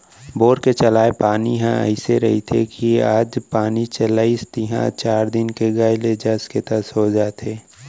bore के चलाय पानी ह अइसे रथे कि आज पानी चलाइस तिहॉं चार दिन के गए ले जस के तस हो जाथे